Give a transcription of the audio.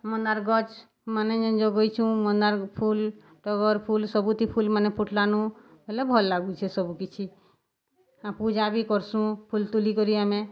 ମନ୍ଦାର୍ ଗଛ୍ମାନେ ଯେନ୍ ଜଗେଇଛୁଁ ମନ୍ଦାର୍ ଫୁଲ୍ ଟଗର୍ ଫୁଲ୍ ସବୁଥି ଫୁଲ୍ମାନେ ଫୁଟ୍ଲାନ ହେଲେ ଭଲ୍ ଲାଗୁଛେ ସବୁକିଛି ଆ ପୂଜା ବି କର୍ସୁଁ ଫୁଲ୍ ତୁଲି କରି ଆମେ